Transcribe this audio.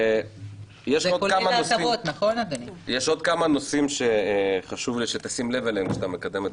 יש עוד כמה נושאים שחשוב לי שתשים לב אליהם כשאתה מקדם את